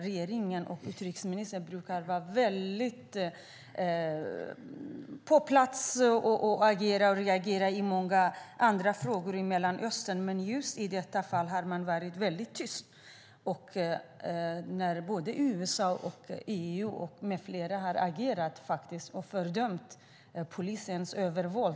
Regeringen och utrikesministern brukar vara snabbt på plats och agera och reagera i många andra frågor i Mellanöstern, men just i detta fall har man varit väldigt tyst trots att både USA och EU med flera har agerat och fördömt polisens övervåld.